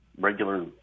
regular